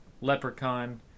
Leprechaun